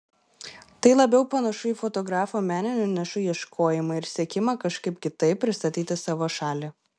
tai labiau panašu į fotografo meninių nišų ieškojimą ir siekimą kažkaip kitaip pristatyti savo šalį